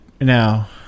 now